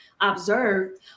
observed